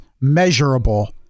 measurable